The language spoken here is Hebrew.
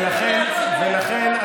לכן,